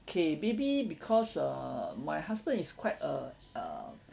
kay maybe because err my husband is quite a err